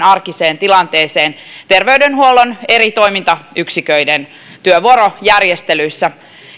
arkiseen tilanteeseen terveydenhuollon eri toimintayksiköiden työvuorojärjestelyissä